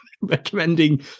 recommending